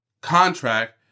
contract